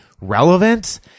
relevant